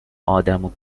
آدمو